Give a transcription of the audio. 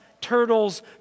turtles